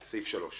סעיף 2 אושר.